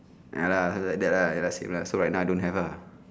ya lah heard like that lah you ask him lah so I now don't have lah